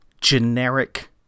generic